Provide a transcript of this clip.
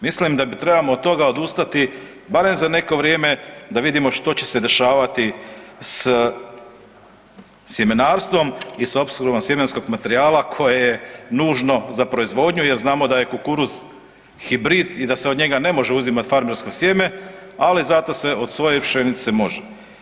Mislim da trebamo od toga odustati barem za neko vrijeme da vidimo što će se dešavati s sjemenarstvom i s opskrbom sjemenskog materijala koje je nužno za proizvodnju jer znamo da je kukuruz hibrid i da se od njega ne može uzimati farmersko sjeme, ali zato se od svoje pšenice može.